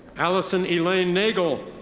alison elaine nagel.